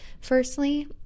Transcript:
Firstly